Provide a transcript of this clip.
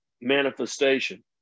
manifestation